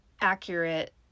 accurate